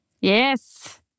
Yes